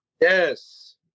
Yes